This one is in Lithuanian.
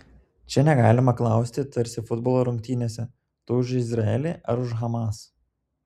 čia negalima klausti tarsi futbolo rungtynėse tu už izraelį ar už hamas